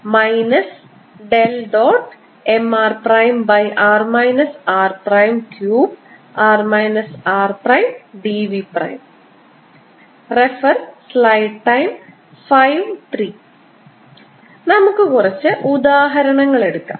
Mrr r3r rdV നമുക്ക് കുറച്ച് ഉദാഹരണങ്ങൾ എടുക്കാം